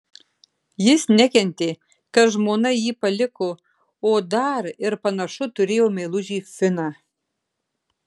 jis nekentė kad žmona jį paliko o dar ir panašu turėjo meilužį finą